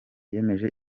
yemeje